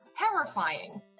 terrifying